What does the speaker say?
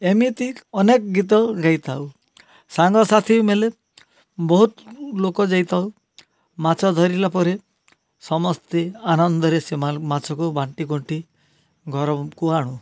ଏମିତି ଅନେକ ଗୀତ ନେଇଥାଉ ସାଙ୍ଗସାଥି ମେଲେ ବହୁତ ଲୋକ ଯାଇଥାଉ ମାଛ ଧରିଲା ପରେ ସମସ୍ତେ ଆନନ୍ଦରେ ସେମା ମାଛକୁ ବାଣ୍ଟିକୁଣ୍ଟି ଘରକୁ ଆଣୁ